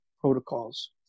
protocols